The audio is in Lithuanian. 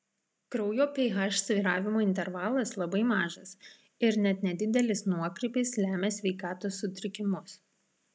kraujo ph svyravimo intervalas labai mažas ir net nedidelis nuokrypis lemia sveikatos sutrikimus